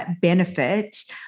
benefits